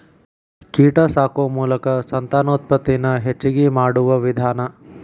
ಕೇಟಾ ಸಾಕು ಮೋಲಕಾ ಸಂತಾನೋತ್ಪತ್ತಿ ನ ಹೆಚಗಿ ಮಾಡುವ ವಿಧಾನಾ